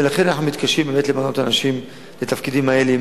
ולכן אנחנו מתקשים באמת למנות אנשים לתפקידים האלה.